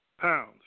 pounds